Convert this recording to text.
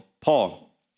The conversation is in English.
Paul